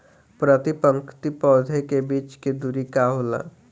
प्रति पंक्ति पौधे के बीच के दुरी का होला?